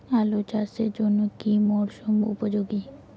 আলু চাষের জন্য কি মরসুম উপযোগী?